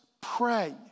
pray